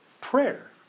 prayer